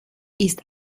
ist